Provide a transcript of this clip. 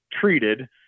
treated